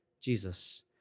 Jesus